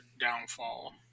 downfall